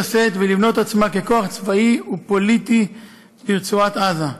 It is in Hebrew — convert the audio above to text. שאת ולבנות את עצמה ככוח צבאי ופוליטי ברצועת עזה,